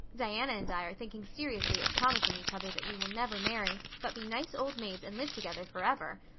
diana and i are thinking seriously of promising each other that we will never marry but be nice old maids and live together forever.